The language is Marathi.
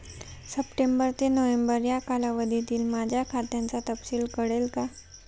सप्टेंबर ते नोव्हेंबर या कालावधीतील माझ्या खात्याचा तपशील कळेल का?